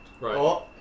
Right